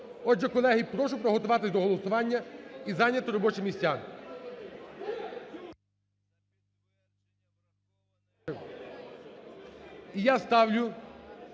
Отже, колеги, прошу приготуватись до голосування і зайняти робочі місця. І я ставлю